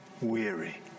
weary